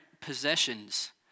possessions